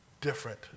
different